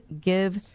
give